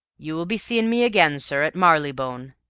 you will be seeing me again, sir, at marylebone.